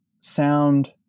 sound